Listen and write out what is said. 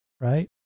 right